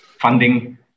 funding